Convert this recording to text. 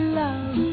love